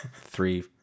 three